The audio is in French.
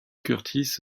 curtis